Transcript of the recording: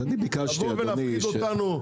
לבוא ולהפחיד אותנו.